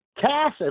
Cass